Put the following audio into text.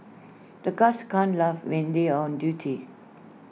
the guards can't laugh when they are on duty